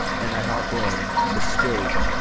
and i hop in. mistake.